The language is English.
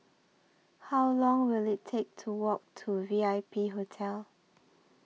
How Long Will IT Take to Walk to V I P Hotel